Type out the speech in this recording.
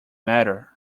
matter